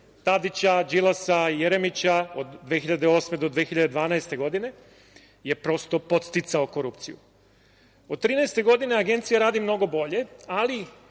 Tadića, Đilasa i Jeremića od 2008. do 2012. godine je prosto podsticao korupciju. Od 2013. godine Agencija radi mnogo bolje, ali